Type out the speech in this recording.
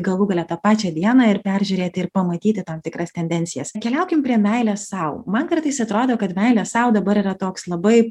galų gale tą pačią dieną ir peržiūrėti ir pamatyti tam tikras tendencijas keliaukim prie meilės sau man kartais atrodo kad meilė sau dabar yra toks labai